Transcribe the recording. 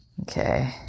okay